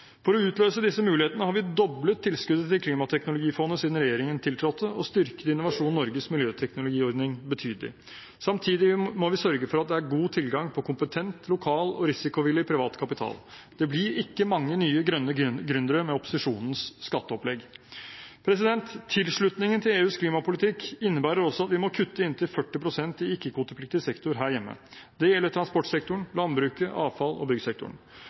For å utløse disse mulighetene har vi doblet tilskuddet til Klimateknologifondet siden regjeringen tiltrådte, og styrket Innovasjon Norges miljøteknologiordning betydelig. Samtidig må vi sørge for at det er god tilgang på kompetent, lokal og risikovillig privat kapital. Det blir ikke mange nye grønne gründere med opposisjonens skatteopplegg. Tilslutningen til EUs klimapolitikk innebærer også at vi må kutte inntil 40 pst. i ikke-kvotepliktig sektor her hjemme. Det gjelder transportsektoren, landbruket, avfalls- og byggsektoren.